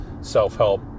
self-help